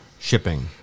shipping